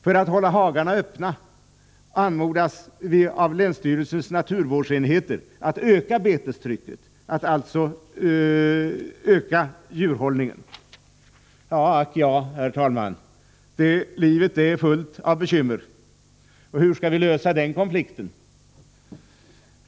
För att hålla hagarna öppna anmodas vi av länsstyrelsens naturvårdsenhet att öka betestrycket, alltså öka djurhållningen. Ack ja! Livet är fullt av bekymmer. Hur skall vi lösa den konflikten?